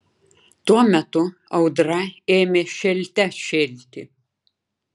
tuo metu audra ėmė šėlte šėlti